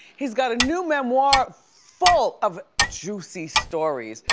he's got a new memoir full of juicy stories.